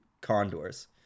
condors